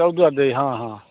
ଚୌଦ୍ୱାର ଦେଇ ହଁ ହଁ